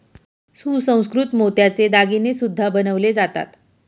सुसंस्कृत मोत्याचे दागिने सुद्धा बनवले जातात